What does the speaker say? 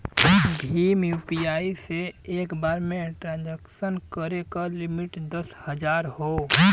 Bhim UPI से एक बार में ट्रांसक्शन करे क लिमिट दस हजार हौ